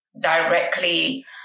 directly